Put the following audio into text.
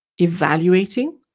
evaluating